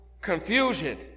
confusion